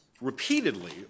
repeatedly